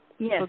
Yes